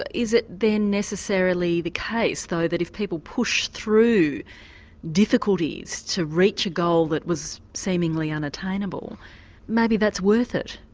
is it then necessarily the case though that if people push through difficulties to reach a goal that was seemingly unattainable maybe that's worth it,